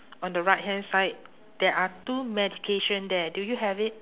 on the right hand side there are two medication there do you have it